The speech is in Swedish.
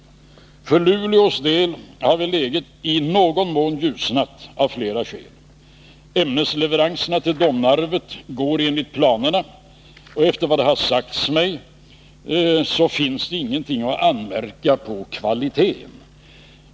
För Luleås del har väl läget i någon mån ljusnat av flera skäl. Ämnesleveranserna till Domnarvet går enligt planerna, och efter vad det sagts mig finns det ingenting att anmärka på kvaliteten.